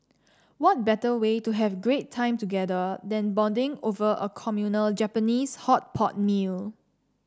what better way to have great time together than bonding over a communal Japanese hot pot meal